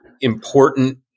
important